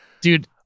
Dude